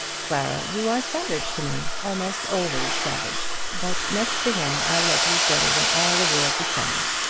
clara, you are savage to me almost always savage but next to him i love you better than all the world beside.